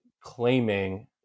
claiming